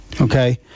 Okay